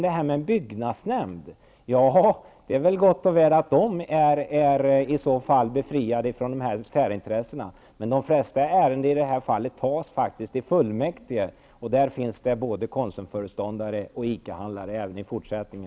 Det är gott och väl att de som sitter i byggnadsnämnderna är befriade från särintressen. Men de flesta beslut i sådana här ärenden fattas i fullmäktige, och där finns det både